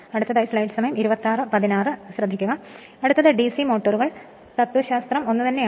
അടുത്തത് ഡിസി മോട്ടോറുകൾ തത്വശാസ്ത്രം ഒന്നുതന്നെയാണ്